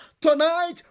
Tonight